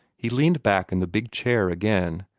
he leaned back in the big chair again,